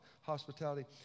hospitality